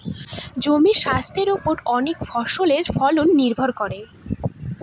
জমির স্বাস্থের ওপর অনেক ফসলের ফলন নির্ভর করে